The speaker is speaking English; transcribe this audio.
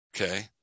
okay